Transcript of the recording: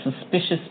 suspicious